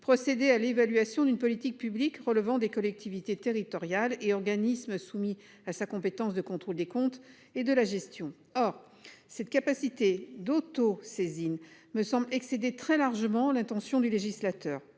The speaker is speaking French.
procéder à l'évaluation d'une politique publique relevant des collectivités territoriales et organismes soumis à sa compétence de contrôle des comptes et de la gestion. Or cette capacité d'auto-saisine me semble excédé très largement l'intention du législateur.